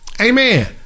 Amen